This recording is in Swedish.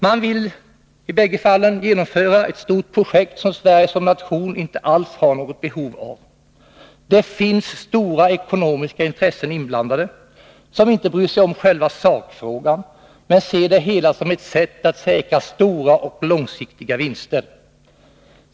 Man vill i bägge fallen genomföra ett stort projekt, som Sverige som nation inte alls har något behov av. Det finns stora ekonomiska intressen inblandade som inte bryr sig om själva sakfrågan men ser det hela som ett sätt att säkra stora och långsiktiga vinster.